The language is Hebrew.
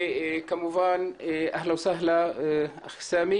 אהלן וסהלן סאמי